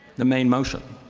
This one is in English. the main motion.